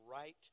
right